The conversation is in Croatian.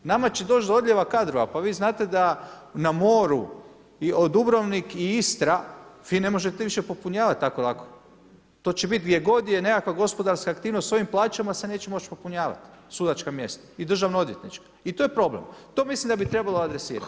Nama će doć do odljeva kadrova, pa vi znate da na moru Dubrovnik i Istra vi ne možete više popunjavat tako lako, to će biti gdje god je nekakva gospodarska aktivnost s ovim plaćama se neće moći popunjavat sudačka mjesta i državno odvjetnička i to je problem. to mislim da bi trebalo adresirat.